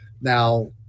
now